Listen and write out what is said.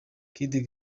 kid